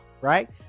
right